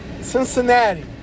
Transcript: Cincinnati